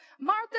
martha